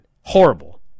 horrible